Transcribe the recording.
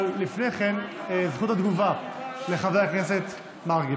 אבל לפני כן, זכות התגובה לחבר הכנסת מרגי.